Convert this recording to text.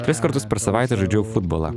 tris kartus per savaitę žaidžiau futbolą